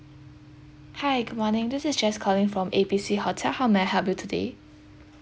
hi good morning this is jess calling from A B C hotel how may I help you today